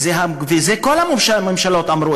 ואת זה כל הממשלות אמרו,